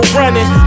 running